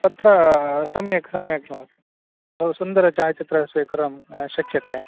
तत्र सम्यक् सम्यक् भवति बहुसुन्दरं छायाचित्रं स्वीकर्तुं शक्यते